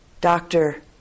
Doctor